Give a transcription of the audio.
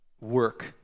work